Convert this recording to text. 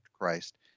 Christ